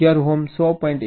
11 ohm 100